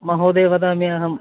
महोदय वदामि अहं